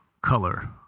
color